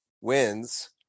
wins